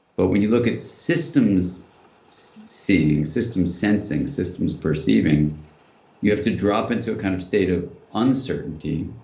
but when you look at systems seeing, systems sensing, systems perceiving you have to drop into a kind of state of uncertainty,